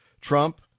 Trump